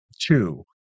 two